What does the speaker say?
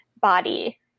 body